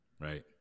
Right